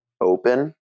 open